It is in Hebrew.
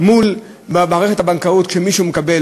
מול מערכת הבנקאות כשמישהו מקבל,